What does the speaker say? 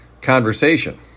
conversation